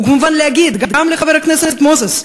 הוא כמובן להגיד גם לחבר הכנסת מוזס,